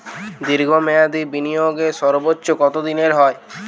দীর্ঘ মেয়াদি বিনিয়োগের সর্বোচ্চ কত দিনের হয়?